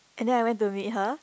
and then I went to meet her